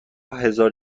هزار